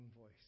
voice